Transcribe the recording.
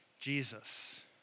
Jesus